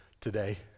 today